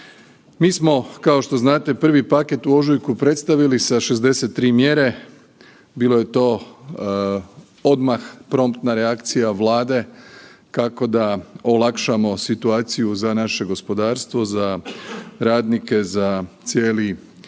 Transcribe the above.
Mi smo kao što znate prvi paket u ožujku predstavili sa 63 mjere, bilo je to odmah promptna reakcija Vlade kako da olakšamo situaciju za naše gospodarstvo, za radnike, za cijeli